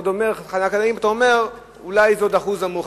אתה אומר שאולי זה עוד אחוז נמוך.